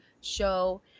show